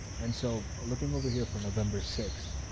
and so looking over here for november sixth,